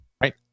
Right